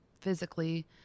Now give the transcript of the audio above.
physically